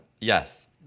yes